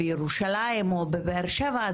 בירושלים או בבאר שבע,